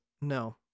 no